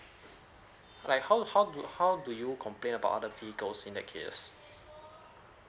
like how how do how do you complain about other vehicles in that case